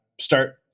start